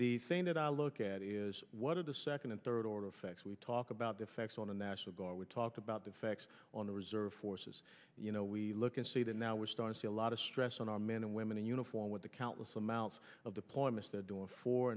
the thing that i look at is what are the second and third order effects we talk about the effects on the national guard we talked about the facts on the reserve forces you know we look and see that now we're starting to see a lot of stress on our men and women in uniform with the countless amounts of deployments they're doing four